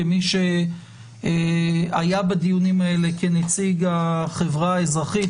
כמי שהיה בדיונים האלה כנציג החברה האזרחית,